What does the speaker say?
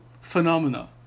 phenomena